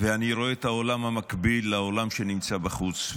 ואני רואה את העולם המקביל לעולם שנמצא בחוץ.